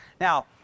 Now